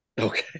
Okay